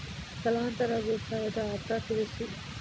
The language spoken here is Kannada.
ಸ್ಥಳಾಂತರ ಬೇಸಾಯದ ಅರ್ಥ ತಿಳಿಸಿ?